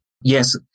Yes